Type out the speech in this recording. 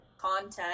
content